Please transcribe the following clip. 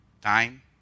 time